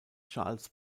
charles